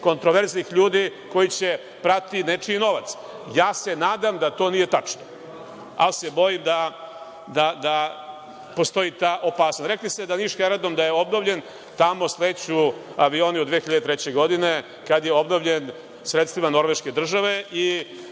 kontroverznih ljudi koji će prati nečiji novac. Ja se nadam da to nije tačno, ali se bojim da postoji ta opasnost. Rekli ste za niški aerodrom da je obnovljen. Tamo sleću avioni od 2003. godine, kada je obnovljen sredstvima norveške države i